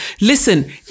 listen